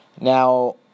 Now